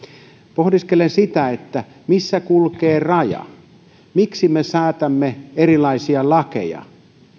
pohdiskelen sitä missä kulkee raja miksi me säädämme erilaisia lakeja